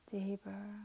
deeper